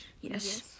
Yes